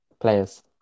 players